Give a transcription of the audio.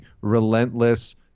relentless